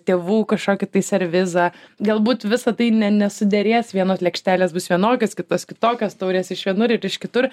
tėvų kažkokį tai servizą galbūt visa tai ne nesuderės vienos lėkštelės bus vienokios kitos kitokios taurės iš vienur ir iš kitur